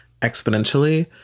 exponentially